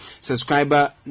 Subscriber